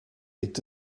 tikt